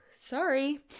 Sorry